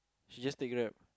she just take Grab